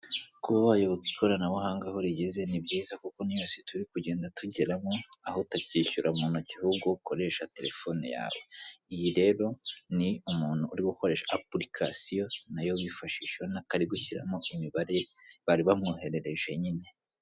Kuba wayoboka ikoranabuhanga aho rigeze ni byiza kuko niyo si turi kugenda tugeramo aho utakishyura mu ntoki ahubwo ukoresha telefone yawe, iyi rero ni umuntu uri gukoresha apurikasiyo nayo wifashisha ubona ko ari gushyiramo imibare bari bamwoherereje nyine.